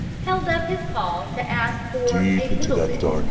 held up his paw to ask for a little bit,